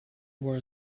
war